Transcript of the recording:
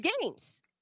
games